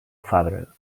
fabra